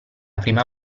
prima